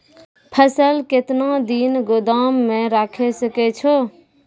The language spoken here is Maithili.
फसल केतना दिन गोदाम मे राखै सकै छौ?